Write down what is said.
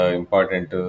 important